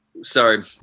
sorry